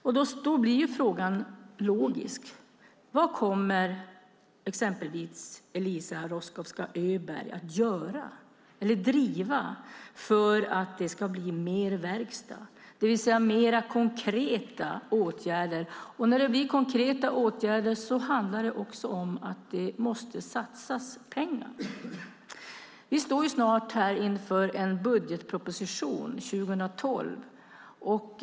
Därför blir den logiska frågan: Vad kommer Eliza Roszkowska Öberg att göra för att det ska bli mer verkstad, det vill säga vidtas mer konkreta åtgärder? När det blir konkreta åtgärder måste det också satsas pengar. Vi står inför en budgetproposition snart, 2012.